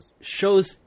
shows